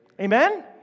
Amen